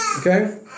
Okay